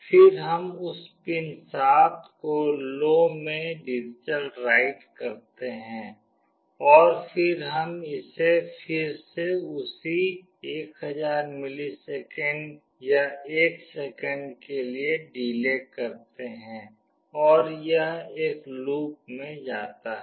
फिर हम उसी पिन 7 को लो में डिजिटलराइट करते हैं और फिर हम इसे फिर से उसी 1000 मिलीसेकंड या 1 सेकंड के लिए डिले करते हैं और यह एक लूप में जाता है